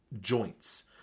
joints